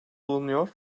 bulunuyor